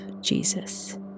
Jesus